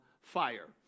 fire